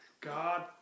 God